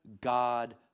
God